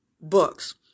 books